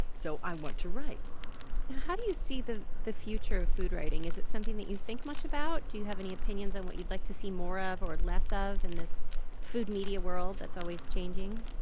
so i want to write yeah how do you see the the future of food writing? is it something that you think much about? do you have any opinions on what you'd like to see more or less of in this food media world that's always changing?